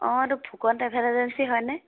অঁ এইটো Phukan travel agency হয়নে